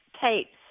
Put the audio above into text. tapes